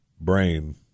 brain